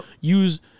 use –